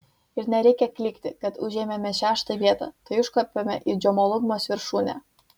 ir nereikia klykti kad užėmėme šeštą vietą tai užkopėme į džomolungmos viršūnę